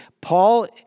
Paul